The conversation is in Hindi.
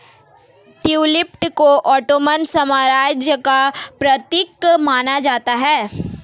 ट्यूलिप को ओटोमन साम्राज्य का प्रतीक माना जाता है